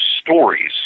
stories